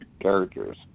characters